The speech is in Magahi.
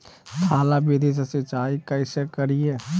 थाला विधि से सिंचाई कैसे करीये?